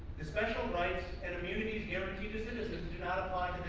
the special rights and immunities guaranteed to citizens apply